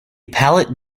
pallet